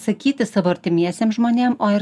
sakyti savo artimiesiem žmonėm o ir